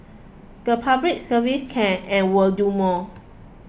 the Public Service can and will do more